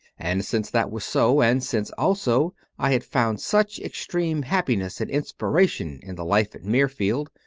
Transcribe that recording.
and since that was so, and since also i had found such extreme happiness and inspiration in the life at mirfield,